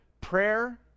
prayer